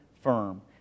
firm